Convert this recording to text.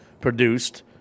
produced